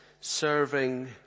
serving